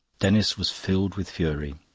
denis was filled with fury.